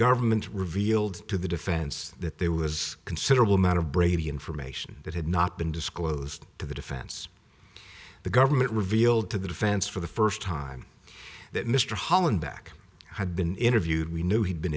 government revealed to the defense that there was considerable amount of brady information that had not been disclosed to the defense the government revealed to the defense for the first time that mr hollenbeck had been interviewed we knew he'd been